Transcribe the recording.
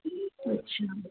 अच्छा